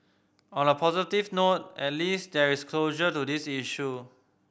on a positive note at least there is closure to this issue